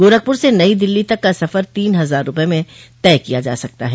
गोरखपुर से नई दिल्ली तक का सफर तीन हजार रूपये में तय किया जा सकता है